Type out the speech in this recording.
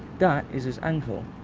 that is his ankle.